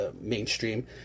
mainstream